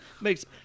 makes